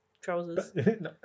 trousers